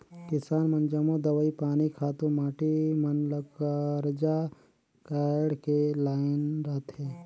किसान मन जम्मो दवई पानी, खातू माटी मन ल करजा काएढ़ के लाएन रहथें